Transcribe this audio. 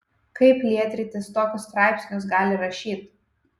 kaip lietrytis tokius straipsnius gali rašyt